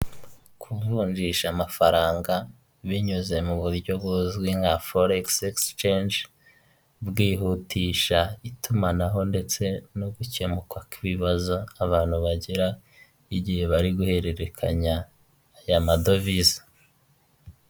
Kuvunjisha amafaranga binyuze mu buryo buzwi nka foregisi egisicenji, bwihutisha itumanaho ndetse no gukemuka kw'ibibazo abantu bagira igihe bari guhererekanya aya madovize.